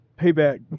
Payback